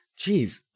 Jeez